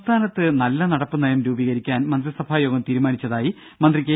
സംസ്ഥാനത്ത് നല്ലനടപ്പ് നയം രൂപീകരിക്കാൻ മന്ത്രിസഭാ യോഗം തീരുമാനിച്ചതായി മന്ത്രി കെ